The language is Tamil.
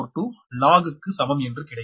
0242 log க்கு சமம் என்று கிடைக்கும்